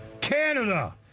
Canada